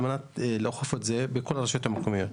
על מנת לאכוף את זה בכל הרשויות המקומיות.